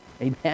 Amen